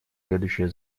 следующие